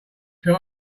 felt